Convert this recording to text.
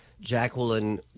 Jacqueline